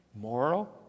Moral